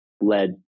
led